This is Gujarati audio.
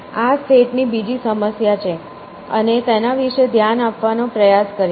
આ સ્ટેટ ની બીજી સમસ્યા શું છે અને તેના વિશે ધ્યાન આપવાનો પ્રયાસ કરીશ